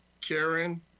Karen